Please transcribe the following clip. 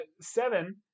seven